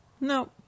No